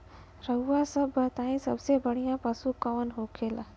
रउआ सभ बताई सबसे बढ़ियां पशु कवन होखेला?